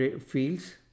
fields